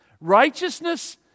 Righteousness